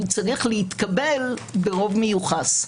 הוא צריך להתקבל ברוב מיוחס.